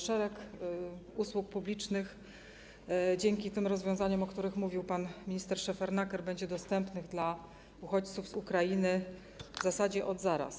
Szereg usług publicznych dzięki tym rozwiązaniom, o których mówił pan minister Szefernaker, będzie dostępnych dla uchodźców z Ukrainy w zasadzie od zaraz.